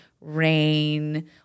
rain